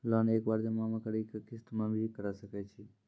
Loan एक बार जमा म करि कि किस्त मे भी करऽ सके छि?